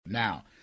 Now